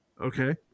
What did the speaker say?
Okay